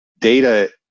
data